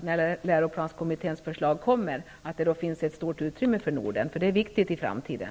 När läroplanskommitténs förslag läggs fram hoppas jag att det finns ett stort utrymme för Norden, eftersom det är viktigt i framtiden.